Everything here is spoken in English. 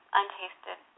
untasted